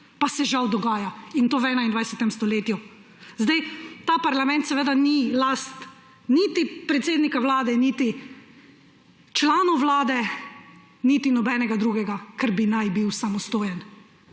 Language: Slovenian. Pa se žal dogaja, in to v 21. stoletju. Ta parlament seveda ni last niti predsednika vlade, niti članov vlade, niti nobenega drugega, ker bi naj bil samostojen.